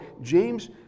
James